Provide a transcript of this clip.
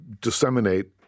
disseminate